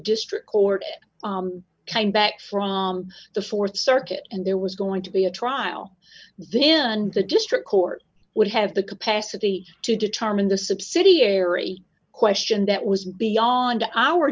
district court came back from the th circuit and there was going to be a trial then and the district court would have the capacity to determine the subsidiary question that was beyond our